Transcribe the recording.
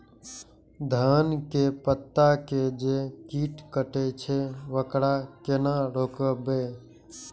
धान के पत्ता के जे कीट कटे छे वकरा केना रोकबे?